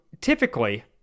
typically